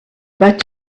but